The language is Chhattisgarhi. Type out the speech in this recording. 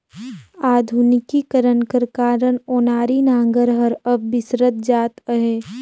आधुनिकीकरन कर कारन ओनारी नांगर हर अब बिसरत जात अहे